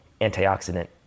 antioxidant